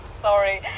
sorry